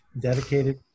dedicated